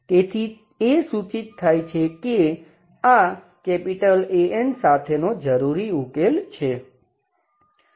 તેથી એ સૂચિત થાય છે કે આ An સાથેનો જરૂરી ઉકેલ છે